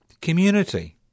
community